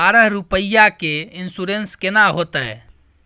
बारह रुपिया के इन्सुरेंस केना होतै?